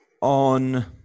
on